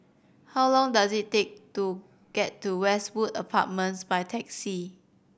how long does it take to get to Westwood Apartments by taxi